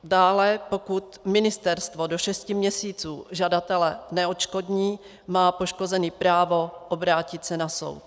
Dále pokud ministerstvo do šesti měsíců žadatele neodškodní, má poškozený právo obrátit se na soud.